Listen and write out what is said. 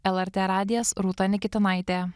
lrt radijas rūta nikitinaitė